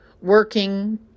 working